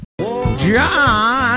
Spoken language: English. John